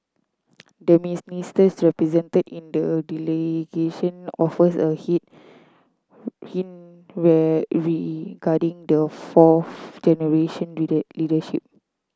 the represented in the delegation offers a hint regarding the fourth generation leader leadership